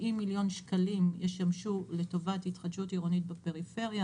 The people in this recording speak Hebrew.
מיליון שקלים ישמשו לטובת התחדשות עירונית בפריפריה.